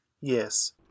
yes